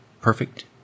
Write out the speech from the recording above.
perfect